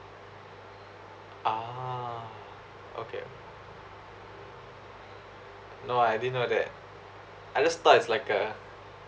ah okay no I didn't know that I just thought it's like uh